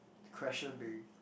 the question being